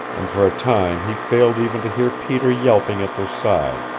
and for a time he failed even to hear peter yelping at their side,